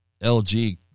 LG